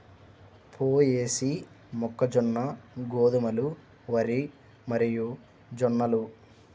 పొయేసీ, మొక్కజొన్న, గోధుమలు, వరి మరియుజొన్నలు